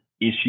issue